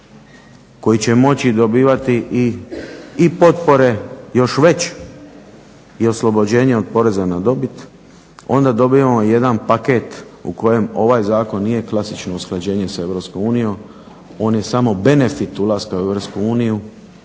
koji će moći dobivati i potpore još veće i oslobođenje od poreza na dobit onda dobivamo jedan paket u kojem ovaj zakon nije klasično usklađenje sa EU, on je samo benefit ulaska u EU,